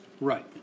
Right